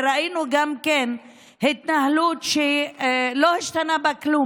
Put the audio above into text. וראינו גם התנהלות שלא השתנה בה כלום.